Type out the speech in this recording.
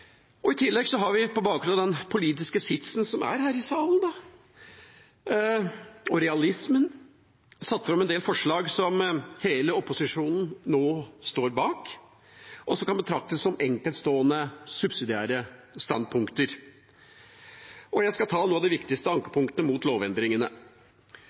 utover. I tillegg har vi på bakgrunn av den politiske sitsen som er her i salen, og realismen, satt fram en del forslag som hele opposisjonen nå står bak, og som kan betraktes som enkeltstående subsidiære standpunkt. Jeg skal ta noen av de viktigste ankepunktene mot lovendringene. Det